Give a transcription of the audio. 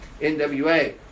NWA